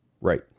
Right